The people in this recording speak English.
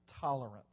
tolerance